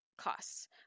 Costs